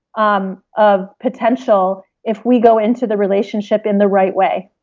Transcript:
um of potential if we go into the relationship in the right way